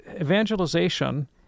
evangelization